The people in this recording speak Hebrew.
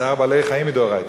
צער בעלי-חיים מדאורייתא.